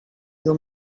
you